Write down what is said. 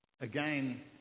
again